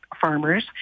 farmers